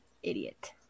idiot